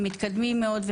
מתקדמים מאוד,